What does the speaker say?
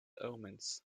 omens